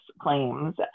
claims